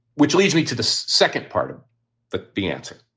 which leads me to the second part of the the answer.